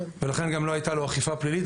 לכן גם לא הייתה לו אכיפה פלילית,